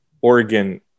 Oregon